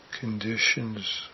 conditions